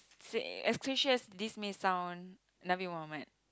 say as cliche as this may sound Nabi-Muhammad